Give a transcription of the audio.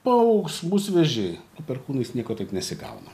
paaugs bus vėžiai perkūnais nieko taip nesigauna